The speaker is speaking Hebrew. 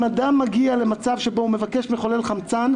אדם מגיע למצב שבו הוא מבקש לחולל חמצן,